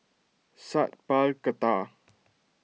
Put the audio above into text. Sat Pal Khattar